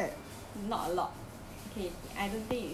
okay I don't think it's a lot